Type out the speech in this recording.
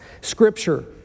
scripture